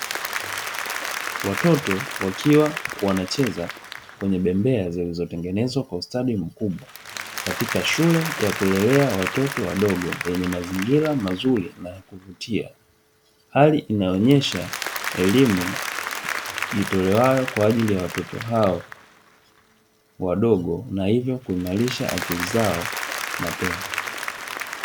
Watoto wakiwa wanacheza kwenye bembea zilizotengenezwa kwa ustadi mkubwa, katika shule ya kulelea watoto wadogo yenye mazingira mazuri na kuvutia, hali inaonyesha elimu itolewayo kwa ajili ya watoto hao wadogo na hivyo kuimarisha akili zao mapema.